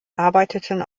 arbeiteten